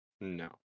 No